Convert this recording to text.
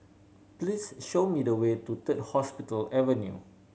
please show me the way to Third Hospital Avenue